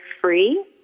free